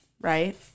right